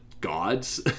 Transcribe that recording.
gods